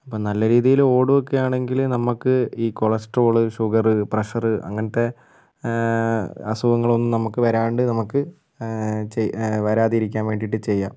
അപ്പോൾ നല്ല രീതിയില് ഓടു ഒക്കെയാണെങ്കില് നമുക്ക് ഈ കൊളസ്ട്രോള് ഷുഗറ് പ്രഷറ് അങ്ങനത്തെ അസുഖങ്ങളൊന്നും നമുക്ക് വരാണ്ട് നമുക്ക് വരാതിരിക്കാൻ വേണ്ടിയിട്ട് ചെയ്യാം